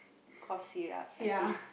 cough syrup I think